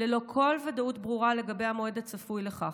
ללא כל ודאות ברורה לגבי המועד הצפוי לכך.